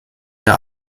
der